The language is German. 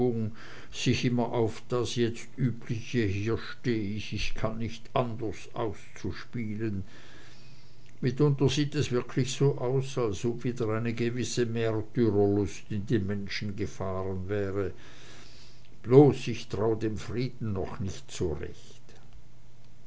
sich immer auf das jetzt übliche hier steh ich ich kann nicht anders auszuspielen mitunter sieht es wirklich so aus als ob wieder eine gewisse märtyrerlust in die menschen gefahren wäre bloß ich trau dem frieden noch nicht